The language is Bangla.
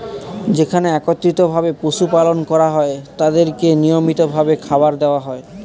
যেখানে একত্রিত ভাবে পশু পালন করা হয় তাদেরকে নিয়মিত ভাবে খাবার দেওয়া হয়